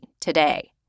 today